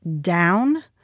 down